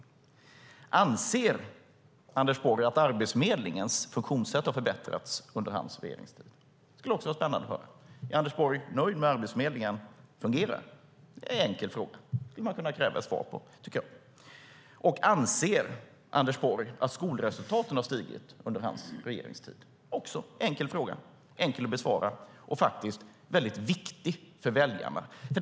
Den andra frågan var: Anser Anders Borg att Arbetsförmedlingens funktionssätt har förbättrats under hans regeringstid? Det skulle också vara spännande att höra. Är Anders Borg nöjd med hur Arbetsförmedlingen fungerar? Det är en enkel fråga som man skulle kunna kräva ett svar på. Den tredje frågan var: Anser Anders Borg att skolresultaten har förbättrats under hans regeringstid? Det är också en enkel fråga som är enkel att besvara och faktiskt väldigt viktig för väljarna. Fru talman!